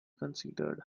considered